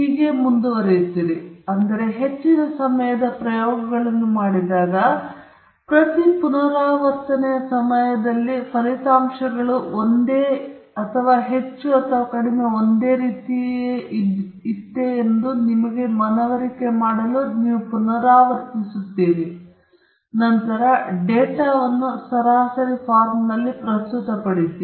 ಆದ್ದರಿಂದ ನೀವು ಹೆಚ್ಚಿನ ಸಮಯದ ಪ್ರಯೋಗಗಳನ್ನು ಮಾಡಿದಾಗ ಪ್ರತಿ ಪುನರಾವರ್ತನೆಯ ಸಮಯದಲ್ಲಿ ಫಲಿತಾಂಶಗಳು ಒಂದೇ ಅಥವಾ ಹೆಚ್ಚು ಅಥವಾ ಕಡಿಮೆ ಒಂದೇ ಎಂದು ನಿಮ್ಮನ್ನು ಮನವರಿಕೆ ಮಾಡಲು ನೀವು ಪುನರಾವರ್ತಿಸುತ್ತೀರಿ ತದನಂತರ ನೀವು ಡೇಟಾವನ್ನು ಸರಾಸರಿ ಫಾರ್ಮ್ನಲ್ಲಿ ಪ್ರಸ್ತುತಪಡಿಸಿ